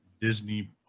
Disney